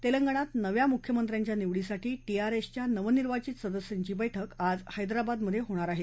तेलंगणात नव्या मुख्यमंत्र्यांच्या निवडीसाठी टीआरएसच्या नवनिवांचित सदस्यांची वैठक आज हैदराबादमधे होत आहे